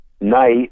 night